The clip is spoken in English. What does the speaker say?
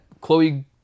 Chloe